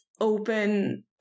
open